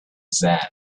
said